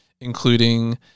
including